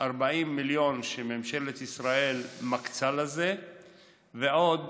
מ-40 מיליון שממשלת ישראל מקצה לזה ועוד